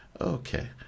okay